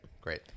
Great